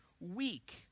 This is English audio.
weak